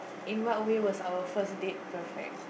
in what way was our first date perfect